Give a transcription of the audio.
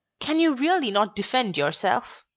can you really not defend yourself?